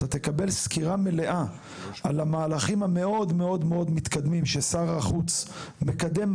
אתה תקבל סקירה מלאה על המהלכים המאוד מאוד מתקדמים ששרק החוץ מקדם,